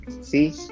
See